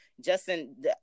Justin